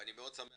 ואני מאוד שמח